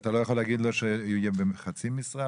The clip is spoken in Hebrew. ואתה לא יכול להגיד לו שיהיה בחצי משרה,